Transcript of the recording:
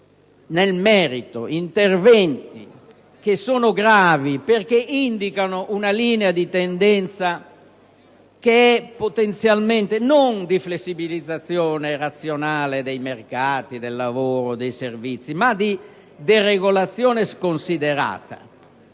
nel merito interventi gravi, che indicano una linea di tendenza che potenzialmente non è di flessibilizzazione razionale dei mercati, del lavoro e dei servizi, ma di deregolazione sconsiderata.